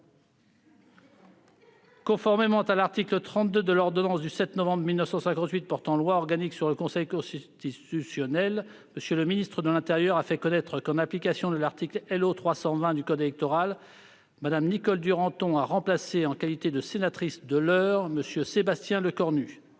Conformément à l'article 32 de l'ordonnance n° 58-1067 du 7 novembre 1958 portant loi organique sur le Conseil constitutionnel, M. le ministre de l'intérieur a fait connaître que, en application de l'article L.O. 320 du code électoral, Mme Nicole Duranton a remplacé, en qualité de sénatrice de l'Eure, M. Sébastien Lecornu